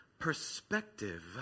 Perspective